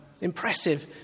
impressive